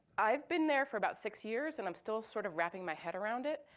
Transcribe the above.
i've been there for about six years and i'm still sort of wrapping my head around it.